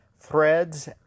threads